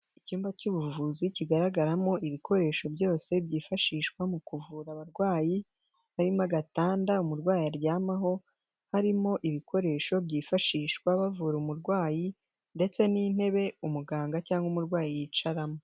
Icyumba cy'ubuvuzi kigaragaramo ibikoresho byose byifashishwa mu kuvura abarwayi, harimo agatanda umurwayi aryamaho, harimo ibikoresho byifashishwa bavura umurwayi, ndetse n'intebe umuganga cyangwa umurwayi yicaramo.